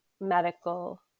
medical